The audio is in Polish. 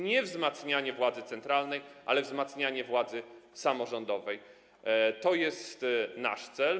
Nie wzmacnianie władzy centralnej, ale wzmacnianie władzy samorządowej jest naszym celem.